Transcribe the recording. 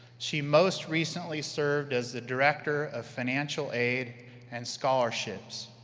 she most recently served as the director of financial aid and scholarships.